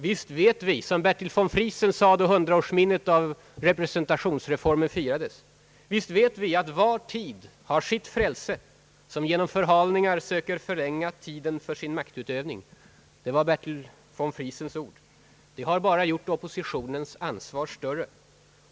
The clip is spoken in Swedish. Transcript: Visst vet vi — som Bertil von Friesen sade då hundraårsminnet av representationsreformen firades — att »var tid har sitt frälse, som genom förhalningar söker förlänga tiden för sin maktutövning»! Men det har bara gjort oppositionens ansvar större.